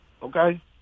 Okay